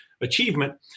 achievement